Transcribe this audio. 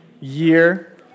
year